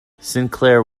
sinclair